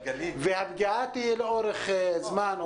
והפגיעה תהיה לאורך זמן,